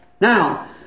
Now